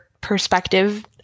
perspective